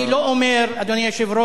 אני לא אומר, אדוני היושב-ראש,